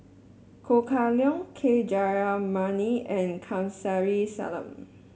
Ho Kah Leong K Jayamani and Kamsari Salam